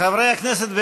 חברי הכנסת,